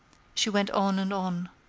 she went on and on.